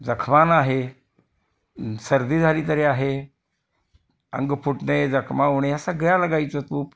जखमांना आहे सर्दी झाली तरी आहे अंग फुटणे जखमा होणे ह्या सगळ्याला गायीचं तूप